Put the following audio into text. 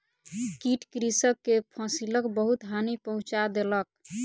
कीट कृषक के फसिलक बहुत हानि पहुँचा देलक